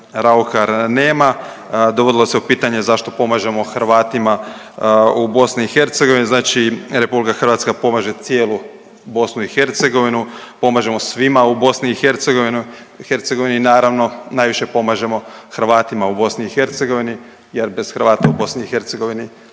Raukar nema, dovodilo se u pitanje zašto pomažemo Hrvatima u BiH. Znači RH pomaže cijelu BIH, pomažemo svima u BIH naravno najviše pomažemo Hrvatima u BiH jer bez Hrvata u BiH